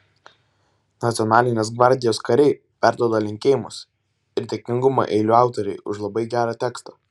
nacionalinės gvardijos kariai perduoda linkėjimus ir dėkingumą eilių autorei už labai gerą tekstą